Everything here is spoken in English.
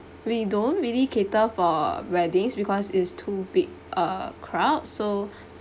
we don't really cater for weddings because it's too big a crowd so